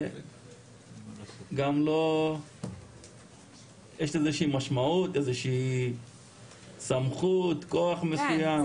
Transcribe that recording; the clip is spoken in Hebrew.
יש לזה איזושהי משמעות, איזושהי סמכות, כוח מסוים?